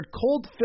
cold